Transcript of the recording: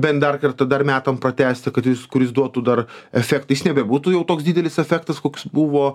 bent dar kartą dar metam pratęsti kad jis kuris duotų dar efektą jis nebebūtų jau toks didelis efektas koks buvo